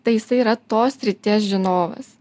tai jisai yra tos srities žinovas